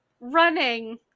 running